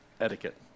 etiquette